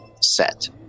set